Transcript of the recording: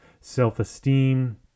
self-esteem